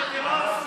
כולם.